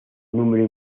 número